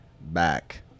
back